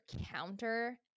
Counter